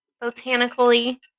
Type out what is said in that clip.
Botanically